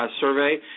survey